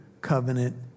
covenant